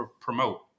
promote